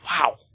Wow